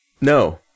No